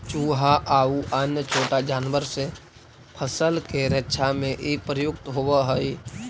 चुहा आउ अन्य छोटा जानवर से फसल के रक्षा में इ प्रयुक्त होवऽ हई